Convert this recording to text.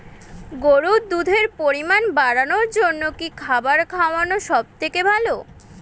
গরুর দুধের পরিমাণ বাড়ানোর জন্য কি খাবার খাওয়ানো সবথেকে ভালো?